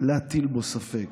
להטיל בו ספק,